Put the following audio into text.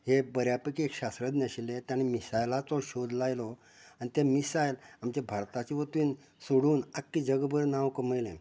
हे बऱ्यापैकी शास्त्रज्ञ आशिले तांणी मिसायलाचो शोध लायलो आनी तें मिसायल आमच्या भारताच्या वतीन सोडून आख्या जगभर नांव कमयलें